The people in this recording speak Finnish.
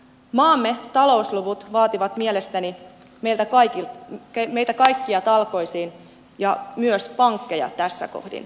maamme talousluvut vaativat mielestäni meitä kaikkia talkoisiin myös pankkeja tässä kohdin